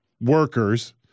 workers